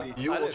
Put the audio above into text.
בזידל?